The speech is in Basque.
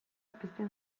pizten